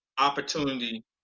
opportunity